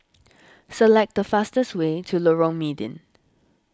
select the fastest way to Lorong Mydin